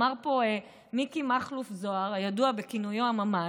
אמר פה מיקי מכלוף זוהר, הידוע בכינויו הממ"ז,